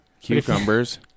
Cucumbers